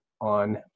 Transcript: on